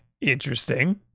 Interesting